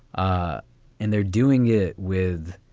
ah and they're doing it with.